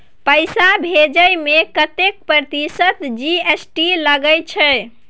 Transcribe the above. पैसा भेजै में कतेक प्रतिसत जी.एस.टी लगे छै?